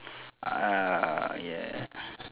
ah yeah